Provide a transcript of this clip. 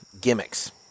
gimmicks